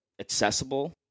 accessible